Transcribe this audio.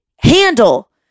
handle